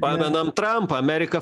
pamenam trampą amerika